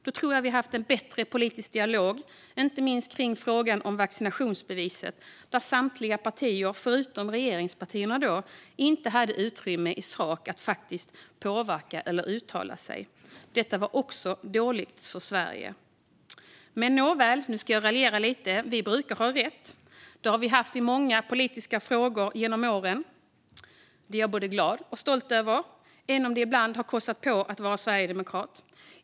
Då tror jag vi haft en bättre politisk dialog, inte minst kring frågan om vaccinationsbeviset, där inga partier förutom regeringspartierna hade utrymme att påverka eller uttala sig i sak. Detta var också dåligt för Sverige. Nåväl, nu ska jag raljera lite. Vi brukar ha rätt. Det har vi haft i många politiska frågor genom åren. Detta är jag både glad och stolt över, även om det ibland har kostat på att vara sverigedemokrat.